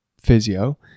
physio